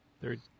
Third